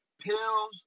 Pills